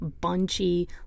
bunchy